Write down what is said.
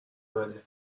منه